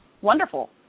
wonderful